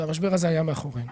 והמשבר הזה היה מאחורינו.